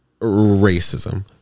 racism